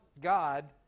God